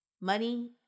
money